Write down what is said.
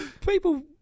People